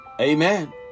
Amen